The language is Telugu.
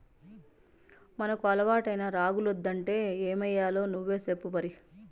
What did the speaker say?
మనకు అలవాటైన రాగులొద్దంటే ఏమయ్యాలో నువ్వే సెప్పు మరి